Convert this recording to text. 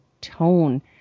tone